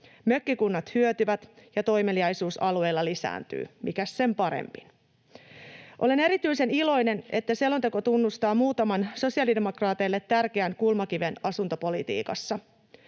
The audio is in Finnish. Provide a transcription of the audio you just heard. Mökkikunnat hyötyvät, ja toimeliaisuus alueilla lisääntyy — mikäs sen parempi? Olen erityisen iloinen siitä, että selonteko tunnustaa muutaman sosiaalidemokraateille tärkeän kulmakiven asuntopolitiikassa.